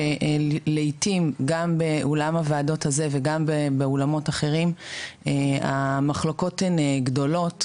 שלעיתים גם באולם הוועדות הזה וגם באולמות אחרים המחלוקות הן גדולות,